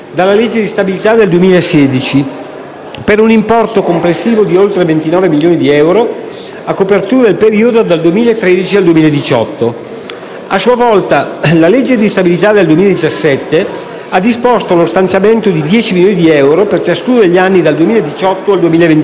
per un importo complessivo di oltre 29 milioni di euro a copertura del periodo 2013-2018. A sua volta, la legge di stabilità per il 2017 ha disposto lo stanziamento di 10 milioni di euro, per ciascuno degli anni dal 2018 al 2022, per garantire